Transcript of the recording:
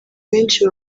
benshi